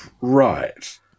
right